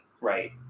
right